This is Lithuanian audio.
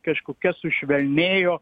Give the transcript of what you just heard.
kažkokia sušvelnėjo